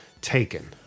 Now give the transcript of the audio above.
Taken